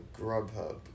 Grubhub